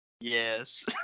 Yes